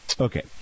Okay